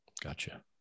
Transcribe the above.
Gotcha